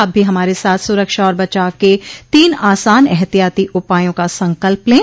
आप भी हमारे साथ सुरक्षा और बचाव के तीन आसान एहतियाती उपायों का संकल्प लें